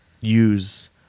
use